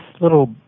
little